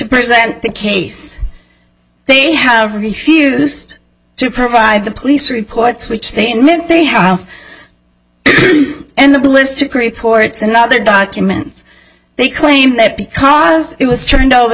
present the case they have refused to provide the police reports which they admit they have now and the ballistic reports and other documents they claim that because it was turned over